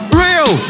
real